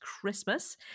christmas